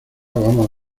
vamos